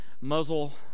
muzzle